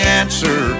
answer